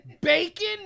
Bacon